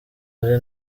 ari